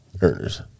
earners